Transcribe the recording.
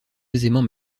aisément